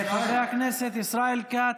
חבר הכנסת ישראל כץ,